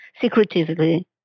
secretively